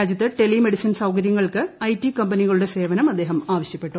രാജ്യത്ത് telemedicine സൌകരൃങ്ങൾക്ക് I T കമ്പനികളുടെ സേവനം അദ്ദേഹം ആവശ്യപ്പെട്ടു